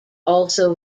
also